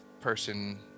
person